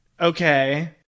okay